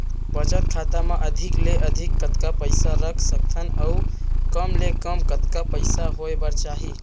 बचत खाता मा अधिक ले अधिक कतका पइसा रख सकथन अऊ कम ले कम कतका पइसा होय बर चाही?